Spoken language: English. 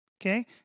Okay